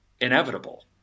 inevitable